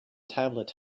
tablet